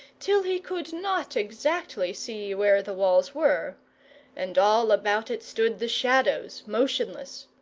till he could not exactly see where the walls were and all about it stood the shadows motionless.